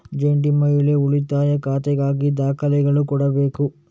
ಜಂಟಿ ಮಹಿಳಾ ಉಳಿತಾಯ ಖಾತೆಗಾಗಿ ದಾಖಲೆಗಳು ಕೊಡಬೇಕು